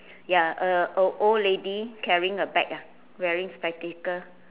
ya uh a a old lady carrying a bag ah wearing spectacle